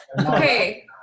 Okay